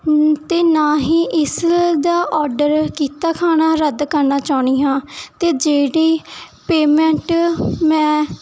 ਅਤੇ ਨਾ ਹੀ ਇਸ ਦਾ ਆਰਡਰ ਕੀਤਾ ਖਾਣਾ ਰੱਦ ਕਰਨਾ ਚਾਹੁੰਦੀ ਹਾਂ ਅਤੇ ਜਿਹੜੀ ਪੇਮੈਂਟ ਮੈਂ